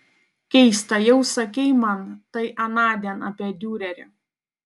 keista jau sakei man tai anądien apie diurerį